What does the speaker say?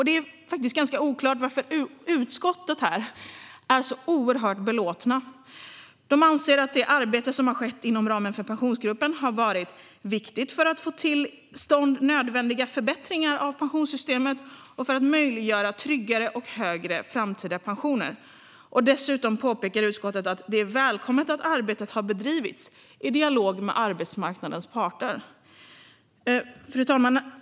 Det är ganska oklart varför resten av ledamöterna i utskottet är så oerhört belåtna. De anser att "det arbete som har skett inom ramen för Pensionsgruppen har varit viktigt för att få till stånd nödvändiga förbättringar av pensionssystemet och för att möjliggöra tryggare och högre framtida pensioner". Dessutom påpekar utskottet att "det är välkommet att arbetet har bedrivits i dialog med arbetsmarknadens parter". Fru talman!